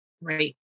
right